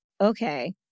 okay